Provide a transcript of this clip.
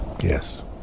Yes